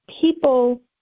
people